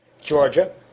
Georgia